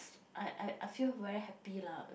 I I I feel very happy lah